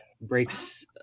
breaks